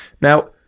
Now